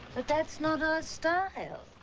but that's not our style.